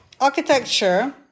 architecture